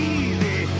easy